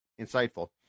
insightful